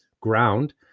ground